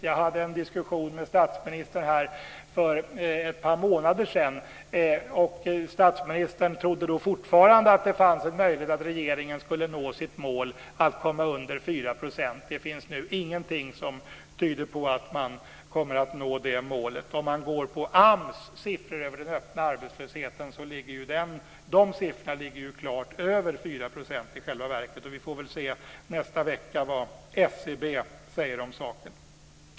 Jag hade en diskussion med statsministern här för ett par månader sedan, och statsministern trodde då fortfarande att det fanns en möjlighet att regeringen skulle nå sitt mål att komma under 4 %. Det finns nu ingenting som tyder på att man kommer att nå det målet. AMS siffror över den öppna arbetslösheten ligger ju klart över 4 % i själva verket, och vi får väl se nästa vecka vad SCB säger om saken.